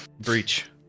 breach